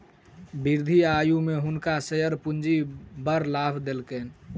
वृद्ध आयु में हुनका शेयर पूंजी बड़ लाभ देलकैन